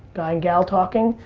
guy and gal talking.